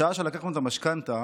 בשעה שלקחנו את המשכנתה,